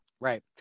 Right